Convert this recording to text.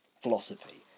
philosophy